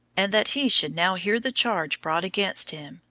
and that he should now hear the charge brought against him,